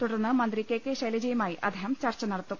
തുടർന്ന് മന്ത്രി K K ശൈലജയുമായി അദ്ദേഹം ചർച്ച നടത്തും